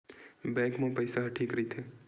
Bank मा पईसा ह ठीक राइथे?